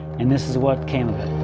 and this is what came of